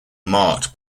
marked